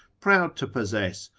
proud to possess,